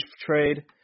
trade